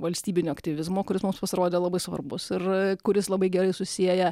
valstybinio aktyvizmo kuris mums pasirodė labai svarbus ir kuris labai gerai susieja